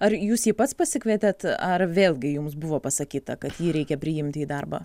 ar jūs jį pats pasikvietėt ar vėlgi jums buvo pasakyta kad jį reikia priimti į darbą